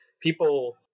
people